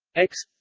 x